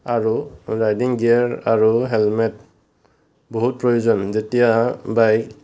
আৰু riding gear আৰু helmet বহুত প্ৰয়োজন যেতিয়া বাইক